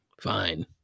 fine